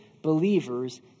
believers